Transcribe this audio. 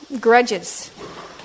grudges